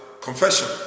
Confession